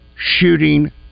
shooting